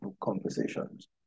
conversations